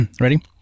Ready